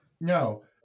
No